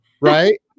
right